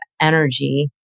energy